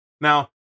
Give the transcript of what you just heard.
now